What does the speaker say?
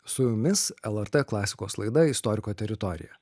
su jumis lrt klasikos laida istoriko teritorija